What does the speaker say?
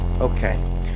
Okay